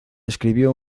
escribió